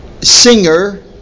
singer